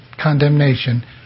condemnation